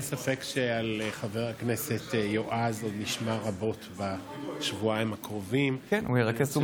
חברי הכנסת, אני אקרא בפניכם את נוסח הצהרת